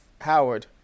Howard